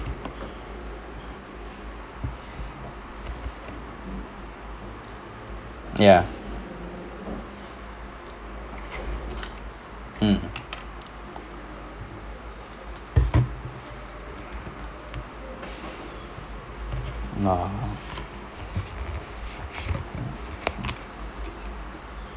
ya mm !wah!